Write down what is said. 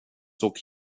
såg